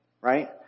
Right